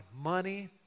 money